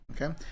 Okay